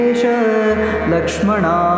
Lakshmana